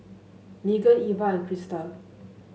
Meagan Iva and Crista